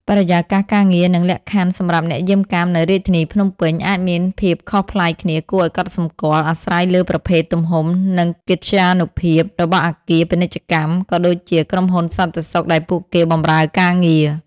បរិយាកាសការងារ និងលក្ខខណ្ឌសម្រាប់អ្នកយាមកាមនៅរាជធានីភ្នំពេញ អាចមានភាពខុសប្លែកគ្នាគួរឲ្យកត់សម្គាល់ អាស្រ័យលើប្រភេទ ទំហំ និងកិត្យានុភាពរបស់អគារពាណិជ្ជកម្ម ក៏ដូចជា ក្រុមហ៊ុនសន្តិសុខដែលពួកគេបម្រើការងារ។